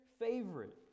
favorite